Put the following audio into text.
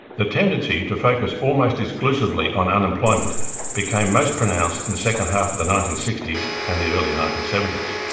the tendency to focus almost exclusively on unemployment became most pronounced in the second half of the nineteen sixty s and the early nineteen seventy s.